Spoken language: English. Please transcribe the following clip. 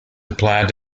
applied